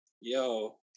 Yo